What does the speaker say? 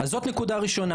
זאת נקודה ראשונה